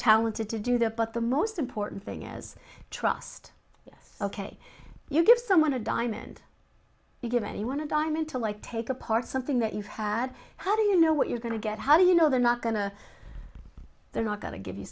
talented to do that but the most important thing as trust yes ok you give someone a diamond you give anyone a diamond to like take apart something that you've had how do you know what you're going to get how do you know they're not going to they're not going to give you